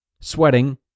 sweating